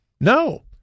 No